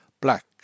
black